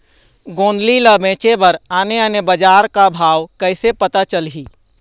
गोंदली ला बेचे बर आने आने बजार का भाव कइसे पता चलही?